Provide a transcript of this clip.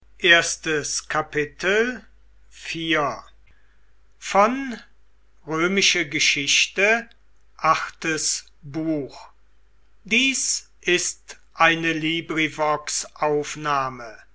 sind ist eine